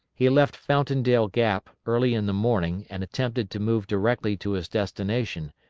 he left fountaindale gap early in the morning and attempted to move directly to his destination,